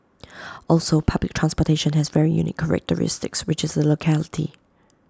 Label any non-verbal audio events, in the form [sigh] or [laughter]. [noise] also public transportation has very unique characteristics which is the locality